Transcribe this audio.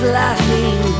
laughing